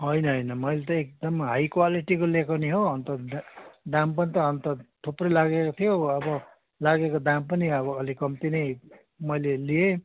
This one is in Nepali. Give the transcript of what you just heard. होइन होइन मैले त एकदम हाई क्वालिटीको लिएको नि हौ अन्त दा दाम पनि अन्त थुप्रै लागेको थियो अब लागेको दाम पनि अब अलिक कम्ती नै मैले लिएँ